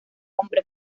hombre